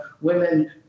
women